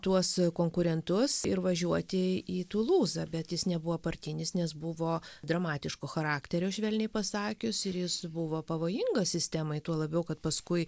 tuos konkurentus ir važiuoti į tulūzą bet jis nebuvo partinis nes buvo dramatiško charakterio švelniai pasakius ir jis buvo pavojingas sistemai tuo labiau kad paskui